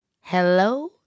Hello